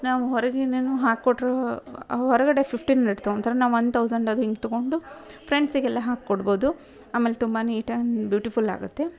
ನಾವು ಹೊರಗೆ ಏನೇನೋ ಹಾಕ್ಕೊಟ್ರೂ ಹೊರಗಡೆ ಫಿಫ್ಟೀನ್ ಮಿನಿಟ್ ತೊಗೊಳ್ತಾರೆ ನಾನು ಒನ್ ತೌಝಂಡ್ ಅದು ಹಿಂಗೆ ತೊಗೊಂಡು ಫ್ರೆಂಡ್ಸಿಗೆಲ್ಲ ಹಾಕಿಕೊಡ್ಬೋದು ಆಮೇಲೆ ತುಂಬ ನೀಟಾಗಿ ಬ್ಯೂಟಿಫುಲ್ಲಾಗುತ್ತೆ